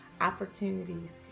opportunities